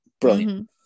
Brilliant